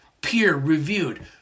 peer-reviewed